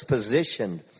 Positioned